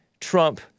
trump